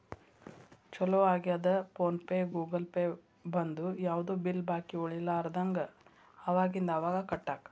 ಚೊಲೋ ಆಗ್ಯದ PhonePe Google pay ಬಂದು ಯಾವ್ದು ಬಿಲ್ ಬಾಕಿ ಉಳಿಲಾರದಂಗ ಅವಾಗಿಂದ ಅವಾಗ ಕಟ್ಟಾಕ